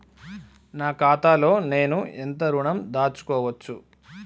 నా ఖాతాలో నేను ఎంత ఋణం దాచుకోవచ్చు?